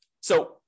So-